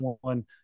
one